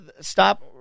Stop